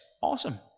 awesome